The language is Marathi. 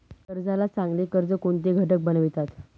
कर्जाला चांगले कर्ज कोणते घटक बनवितात?